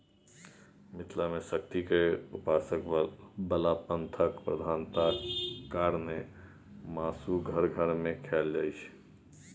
मिथिला मे शक्ति केर उपासक बला पंथक प्रधानता कारणेँ मासु घर घर मे खाएल जाइत छै